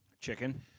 Chicken